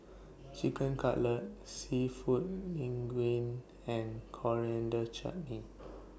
Chicken Cutlet Seafood Linguine and Coriander Chutney